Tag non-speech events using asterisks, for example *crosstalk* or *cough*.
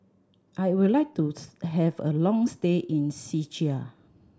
I would like to *unintelligible* have a long stay in Czechia